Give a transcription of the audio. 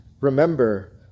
remember